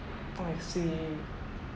I see